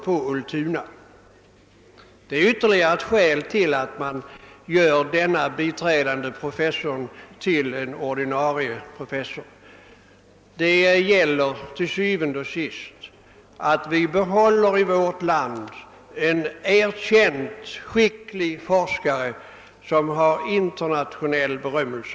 Detta är ytterligare ett skäl att förändra denna tjänst som biträdande professor till ordinarie. Det gäller til syvende og sidst att i vårt land kunna behålla en erkänt skicklig forskare med internationell berömmelse.